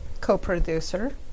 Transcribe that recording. Co-producer